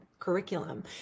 curriculum